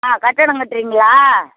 ஆ கட்டிடம் கட்டுறீங்களா